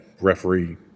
referee